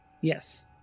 Yes